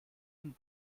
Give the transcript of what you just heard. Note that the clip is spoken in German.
von